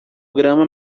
grama